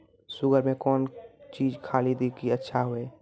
Sugar के कौन चीज खाली दी कि अच्छा हुए?